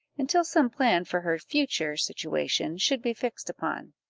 until some plan for her future situation should be fixed upon.